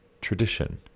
tradition